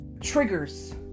triggers